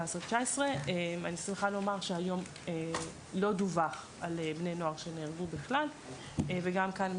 2017-2019. אני שמחה לומר שהיום לא דווח על בני נוער שנהרגו בכלל וגם כאן,